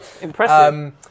Impressive